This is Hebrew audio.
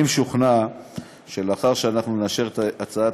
אני משוכנע שלאחר שאנחנו נאשר את הצעת